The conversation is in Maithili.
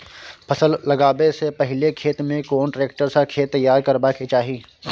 फसल लगाबै स पहिले खेत में कोन ट्रैक्टर स खेत तैयार करबा के चाही?